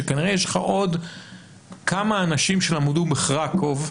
שכנראה יש לך עוד כמה אנשים שלמדו בחרקוב,